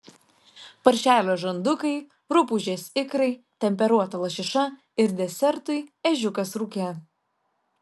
paršelio žandukai rupūžės ikrai temperuota lašiša ir desertui ežiukas rūke